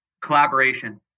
collaboration